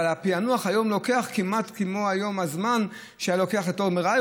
אבל הפענוח היום לוקח כמעט כמו הזמן שהיה לוקח התור ל-MRI,